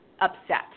upset